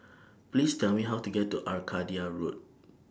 Please Tell Me How to get to Arcadia Road